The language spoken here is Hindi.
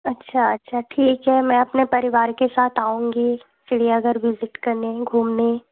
अच्छा अच्छा ठीक है मैं अपने परिवार के साथ आऊंगी चिड़ियाघर विज़िट करने घूमने